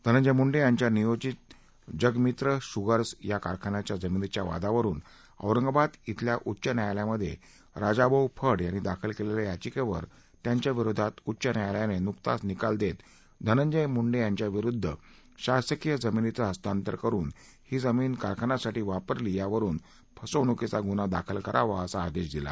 धनंजय मुंडे यांच्या नियोजित जगमित्र शुगर्स या कारखान्याच्या जमिनीच्या वादावरून औरंगाबाद येथील उच्च न्यायालयामध्ये राजाभाऊ फड यांनी दाखल केलेल्या याचिकेवर त्यांच्या विरोधात उच्च न्यायालयानं नुकताच निकाल देत धनंजय मुंडे यांच्याविरुद्ध शासकीय जमिनीचे हस्तांतर करून ही जमीन कारखान्यासाठी वापरली या वरून फसवणूकीचा गुन्हा दाखल करावा असा आदेश दिला